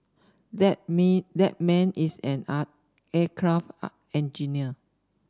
that me that man is an aircraft engineer